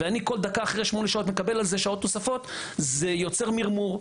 ואני על כל דקה אחרי שמונה שעות מקבל שעות נוספות זה יוצר מרמור,